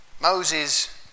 Moses